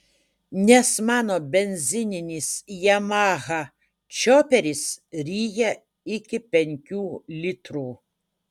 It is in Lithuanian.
nes mano benzininis yamaha čioperis ryja iki penkių litrų